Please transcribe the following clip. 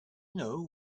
know